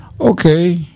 Okay